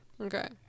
Okay